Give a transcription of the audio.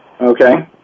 Okay